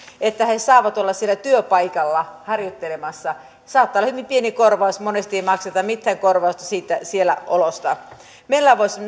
että he saavat olla siellä työpaikalla harjoittelemassa saattaa olla hyvin pieni korvaus monesti ei makseta mitään korvausta siellä olosta meillä voisi